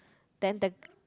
then the